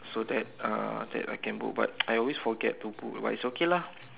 so that uh that I can book but I always forget to book but it's okay lah